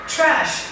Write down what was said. Trash